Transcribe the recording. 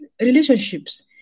relationships